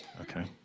Okay